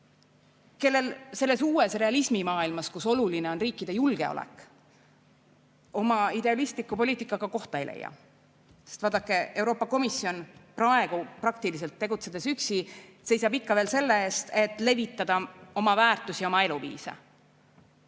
kes selles uues realismimaailmas, kus oluline on riikide julgeolek, oma idealistliku poliitikaga kohta ei leia. Sest vaadake, Euroopa Komisjon on praegu tegutsedes praktiliselt üksi, ta seisab ikka veel selle eest, et levitada oma väärtusi, oma eluviisi.